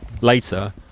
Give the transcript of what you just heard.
Later